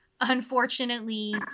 Unfortunately